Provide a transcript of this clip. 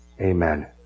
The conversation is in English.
amen